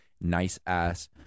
nice-ass